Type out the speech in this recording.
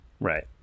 right